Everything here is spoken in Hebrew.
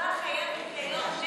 הנקודה חייבת להיות ההפך,